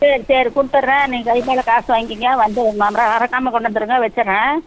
சரி சரி கொடுத்துர்றேன் நீங்கள் கை மேலே காசு வாங்கிக்கங்க வந்து அப்புறம் மறக்காமல் கொண்டு வந்துடுங்க வச்சுர்றேன்